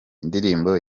indirimbo